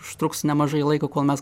užtruks nemažai laiko kol mes